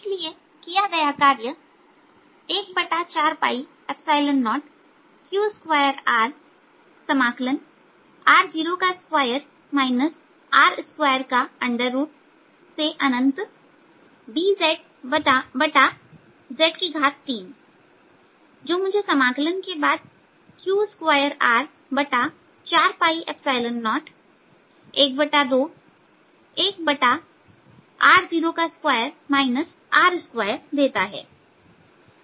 इसलिए किया गया कार्य 140q2R r02 R2 dzz3 जो मुझे समाकलन के बाद q2R40121r02 R2देता है